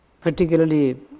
particularly